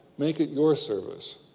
make it your service,